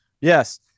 Yes